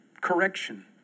correction